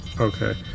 okay